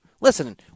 listening